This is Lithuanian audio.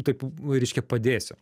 taip reiškia padėsiu